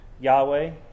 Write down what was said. Yahweh